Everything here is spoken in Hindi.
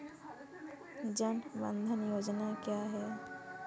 जनधन योजना क्या है?